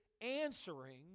answering